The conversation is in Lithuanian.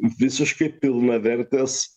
visiškai pilnavertės